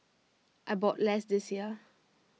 I bought less this year